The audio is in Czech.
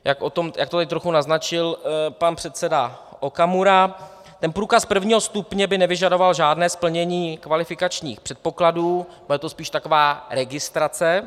Jak to tady trochu naznačil pan předseda Okamura, průkaz prvního stupně by nevyžadoval žádné splnění kvalifikačních předpokladů, bude to spíš taková registrace.